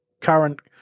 current